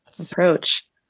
approach